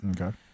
okay